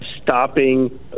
stopping